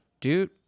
dude